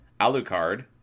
Alucard